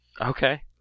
Okay